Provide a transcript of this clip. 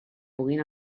pugui